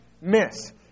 miss